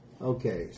Okay